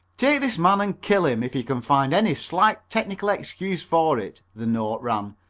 take this man and kill him if you can find any slight technical excuse for it, the note ran,